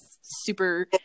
super